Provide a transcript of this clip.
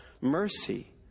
mercy